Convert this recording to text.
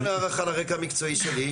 מה עם הערכה לרקע המקצועי שלי?